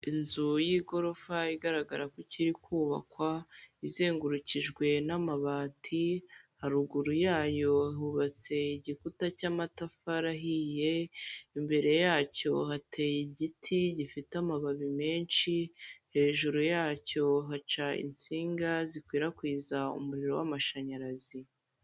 Inzu y'igorofa igaragara ko ikiri kubakwa izengurukijwe n'amabati, haruguru yayo hubatse igikuta cy'amatafari ahiye, imbere yacyo hateye igiti gifite amababi menshi, hejuru yacyo haca insinga zikwirakwiza umuriro w'amashinyarazi.